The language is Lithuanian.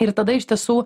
ir tada iš tiesų